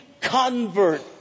convert